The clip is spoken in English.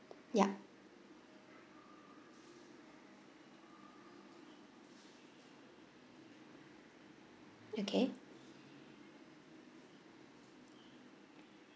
ya okay